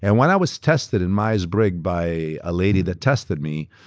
and when i was tested in myers-briggs by a lady that tested me,